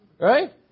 right